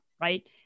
right